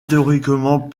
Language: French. théoriquement